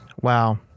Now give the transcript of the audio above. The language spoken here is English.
Wow